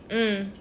mm